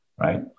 right